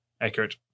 Accurate